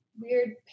weird